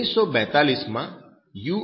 1942 માં યુ